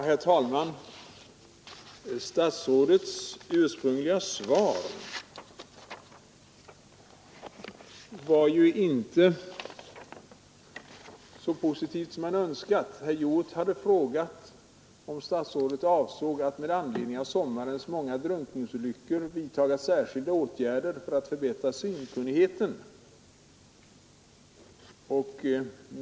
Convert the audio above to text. Herr talman! Statsrådets ursprungliga svar var inte så positivt som man hade önskat. Herr Hjorth hade frågat om statsrådet avsåg att med anledning av sommarens många drunkningsolyckor vidta särskilda åtgärder för att förbättra simkunnigheten.